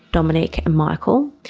dominic and michael.